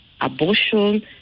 abortion